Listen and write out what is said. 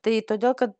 tai todėl kad